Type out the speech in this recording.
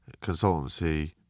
consultancy